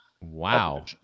Wow